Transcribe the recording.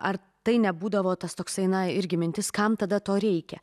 ar tai nebūdavo tas toksai na irgi mintis kam tada to reikia